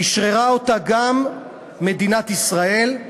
אשררה אותה גם מדינת ישראל,